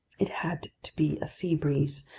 it had to be a sea breeze,